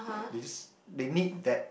they just they need that